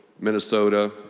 Minnesota